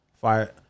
Fire